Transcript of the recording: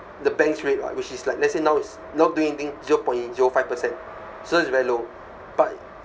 the bank's rate [what] which is like let's say now is not doing anything zero point zero five percent so it's very low but